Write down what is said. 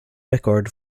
record